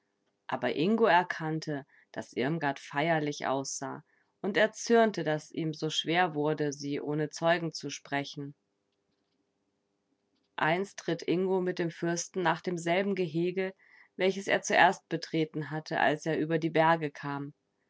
aber ingo erkannte daß irmgard feierlich aussah und er zürnte daß ihm so schwer wurde sie ohne zeugen zu sprechen einst ritt ingo mit dem fürsten nach demselben gehege welches er zuerst betreten hatte als er über die berge kam